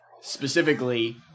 specifically